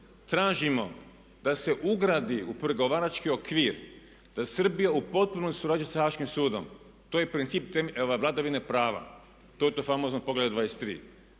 Tražimo da se ugradi u pregovarački okvir da Srbija u potpunosti surađuje sa Haškim sudom, to je princip vladavine prava. To je to famozno Poglavlje 23.